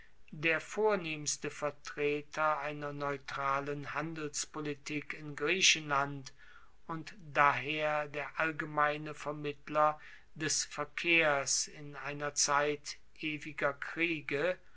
der vornehmste vertreter einer neutralen handelspolitik in griechenland und daher der allgemeine vermittler des verkehrs in einer zeit ewiger kriege